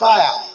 Fire